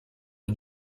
une